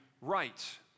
right